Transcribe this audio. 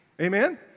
Amen